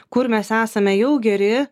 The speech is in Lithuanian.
kur mes esame jau geri